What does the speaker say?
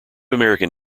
american